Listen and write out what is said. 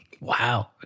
wow